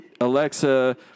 Alexa